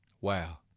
Wow